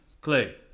Clay